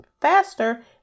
faster